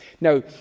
Now